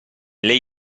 lei